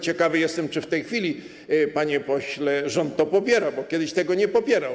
Ciekawy jestem, czy w tej chwili, panie pośle, rząd to popiera, bo kiedyś tego nie popierał.